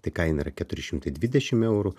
tai kaina yra keturi šimtai dvidešimt eurų